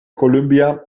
columbia